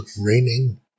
raining